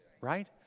right